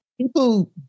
People